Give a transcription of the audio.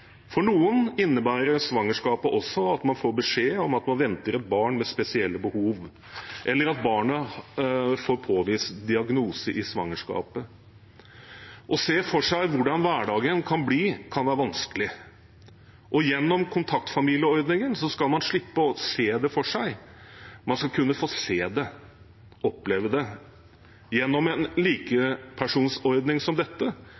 For noen innebærer svangerskapet også at man får beskjed om at man venter et barn med spesielle behov, eller at barnet får påvist en diagnose i svangerskapet. Å se for seg hvordan hverdagen kan bli, kan være vanskelig. Gjennom kontaktfamilieordningen skal man slippe å se det for seg; man skal kunne se det og oppleve det. Gjennom en likepersonsordning som dette